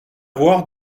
voir